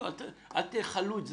אל תכלו את זמנינו,